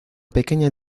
pequeña